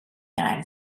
united